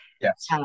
Yes